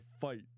fight